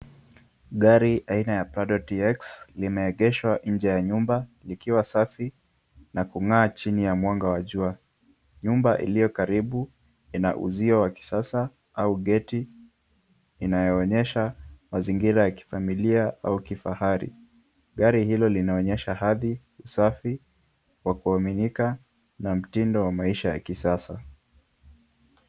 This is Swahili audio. Gari aina ya Prado TX limeegeshwa nje ya nyumba likiwa safi na kung'aa chini ya mwanga wa jua, nyumba iliyo karibu ina uzio wa kisasa au gate inayoonyesha mazingira ya kifamilia au kifahari, gari hilo linaonyesha hadhi safi kwa kuaminika na mtindo wa maisha ya kisasa.